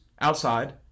outside